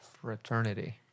fraternity